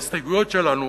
את ההסתייגויות שלנו,